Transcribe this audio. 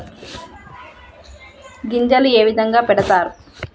గింజలు ఏ విధంగా పెడతారు?